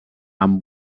amb